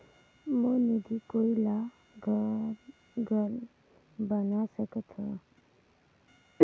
मोर निधि कोई ला घल बना सकत हो?